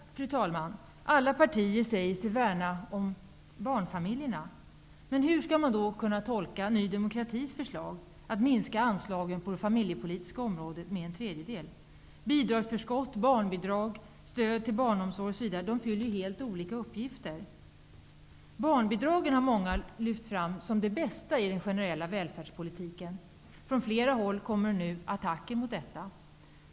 Fru talman! Alla partier säger sig värna om barnfamiljerna. Hur skall man då tolka Ny demo kratis förslag att minska anslagen på det familje politiska området med en tredjedel? Bidragsför skott, barnbidrag, stöd till barnomsorg osv. fyller ju helt olika uppgifter. Barnbidragen har av många lyfts fram som det bästa i den generella välfärdspolitiken. Från flera håll kommer nu attacker mot detta.